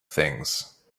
things